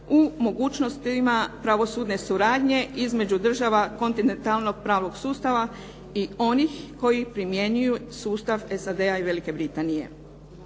u mogućnostima pravosudne suradnje između država kontinentalnog pravnog sustava i onih koji primjenjuju sustav SAD-a i Velike Britanije.